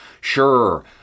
Sure